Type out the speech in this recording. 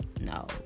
No